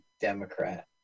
Democrat